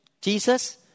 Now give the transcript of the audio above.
Jesus